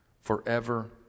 forever